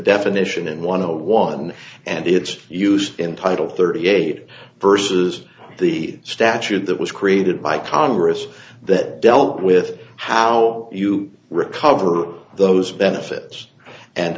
definition and one of the one and it's used in title thirty eight vs the statute that was created by congress that dealt with how you recover those benefits and